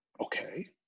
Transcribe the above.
Okay